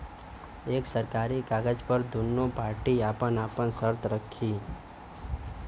एक सरकारी कागज पर दुन्नो पार्टी आपन आपन सर्त रखी